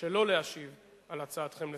שלא להשיב על הצעתכם לסדר,